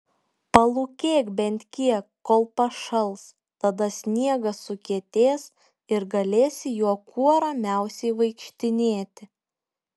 palūkėk bent kiek kol pašals tada sniegas sukietės ir galėsi juo kuo ramiausiai vaikštinėti